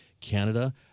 Canada